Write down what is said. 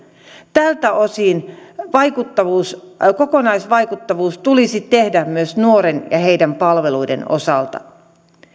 tältä osin kokonaisvaikuttavuus tulisi tehdä myös nuorten ja heidän palveluidensa osalta